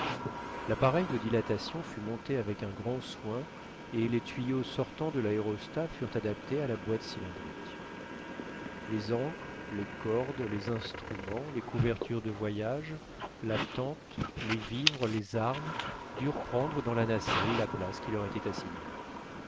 l'appareil de dilatation fut monté avec un grand soin et les tuyaux sortant de l'aérostat furent adaptés à la boîte cylindrique les ancres les cordes les instruments les couvertures de voyage la tente les vivres les armes durent prendre dans la nacelle la place qui leur était assignée